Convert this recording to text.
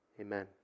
Amen